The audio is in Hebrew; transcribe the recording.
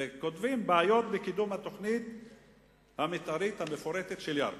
וכותבים: "בעיות בקידום התוכנית המיתארית המפורטת של ירכא.